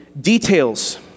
details